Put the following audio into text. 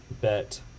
bet